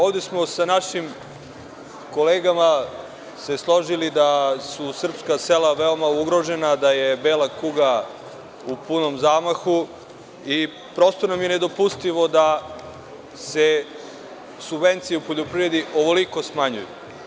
Ovde smo se složili sa našim kolegama da su srpska sela veoma ugrožena, da je bela kuga u punom zamahu i prosto nam je nedopustivo da se subvencije u poljoprivredi ovoliko smanjuju.